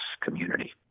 community